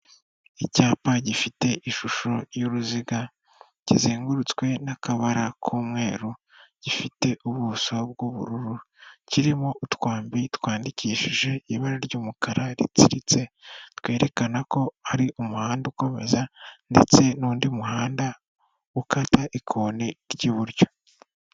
Icyapa gifite ishusho y'uruziga kizengurutswe n'akabara k'umweru gifite ubuso b'ubururu kirimo utwambi twandikishije ibara ry'umukara ritsiritse twerekana ko ari umuhanda ukomeza ndetse n'undi muhanda ukata ikoni ry'iburyo.